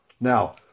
Now